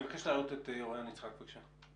אני מבקש להעלות את אוריין יצחק, בבקשה.